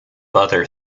other